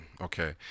okay